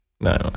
No